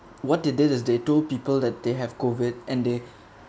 what they did is they told people that they have COVID and they